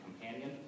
companion